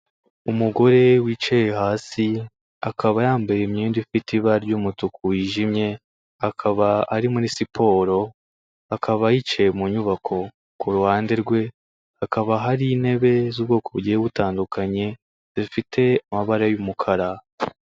Umugore wicaye hasi akaba yambaye imyenda ifite ibara ry'umutuku wijimye, akaba ari muri siporo, akaba yicaye mu nyubako. Kuru ruhande rwe hakaba hari intebe z'ubwoko bugiye butandukanye zifite amabara y'umukara.